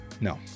No